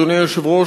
אדוני היושב-ראש,